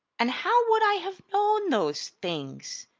and how would i have known those things?